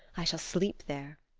i shall sleep there.